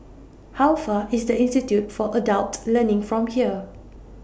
How Far IS The Institute For Adult Learning from here